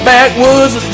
Backwoods